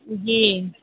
जी